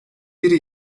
biri